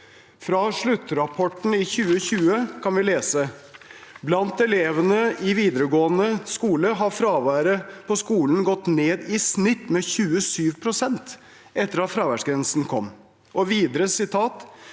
Fra sluttrapporten i 2020 kan vi lese at blant elevene i videregående skole har fraværet på skolen gått ned med i snitt 27 pst. etter at fraværsgrensen kom. Og videre: